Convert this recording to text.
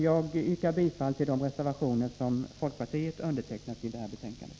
Jag yrkar bifall till de reservationer som folkpartiledamöter undertecknat i det här betänkandet.